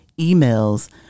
emails